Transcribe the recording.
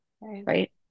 right